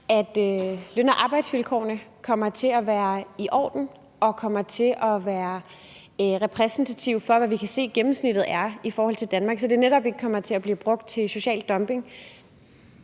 at løn og arbejdsvilkårene kommer til at være i orden og kommer til at være repræsentative for, hvad vi kan se gennemsnittet er i forhold til Danmark, så det netop ikke kommer til at blive brugt til social dumping